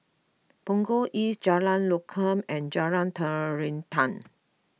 Punggol East Jalan Lokam and Jalan Terentang